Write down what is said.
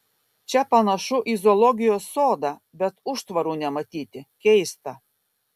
čia panašu į zoologijos sodą bet užtvarų nematyti keista